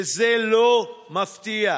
וזה לא מפתיע.